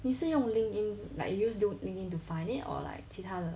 你是用 linkedin like you use linkedin to find it or like 其他的